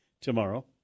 tomorrow